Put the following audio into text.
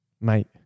Mate